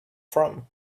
from